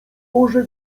morze